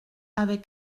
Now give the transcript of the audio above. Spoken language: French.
avec